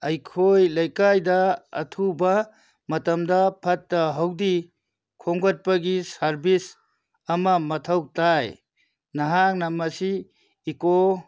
ꯑꯩꯈꯣꯏ ꯂꯩꯀꯥꯏꯗ ꯑꯊꯨꯕ ꯃꯇꯝꯗ ꯐꯠꯇ ꯍꯥꯎꯗꯤ ꯈꯣꯝꯒꯠꯄꯒꯤ ꯁꯥꯔꯕꯤꯁ ꯑꯃ ꯃꯊꯧ ꯇꯥꯏ ꯅꯍꯥꯛꯅ ꯃꯁꯤ ꯏꯀꯣ